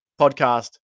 podcast